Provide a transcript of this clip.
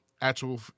actual